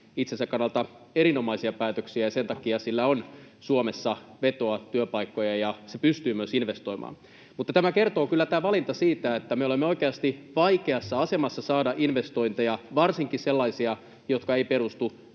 itsensä kannalta erinomaisia päätöksiä, ja sen takia sillä on Suomessa vetoa ja työpaikkoja ja se pystyy myös investoimaan. Mutta tämä valinta kertoo kyllä siitä, että me olemme oikeasti vaikeassa asemassa saada investointeja, varsinkin sellaisia, jotka eivät perustu